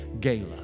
Gala